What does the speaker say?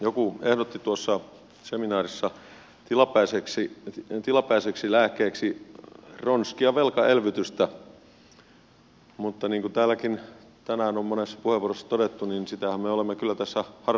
joku ehdotti tuossa seminaarissa tilapäiseksi lääkkeeksi ronskia velkaelvytystä mutta niin kuin täälläkin tänään on monessa puheenvuorossa todettu sitähän me olemme kyllä tässä harrastaneet